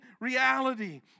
reality